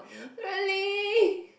really